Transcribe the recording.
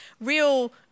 real